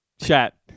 Chat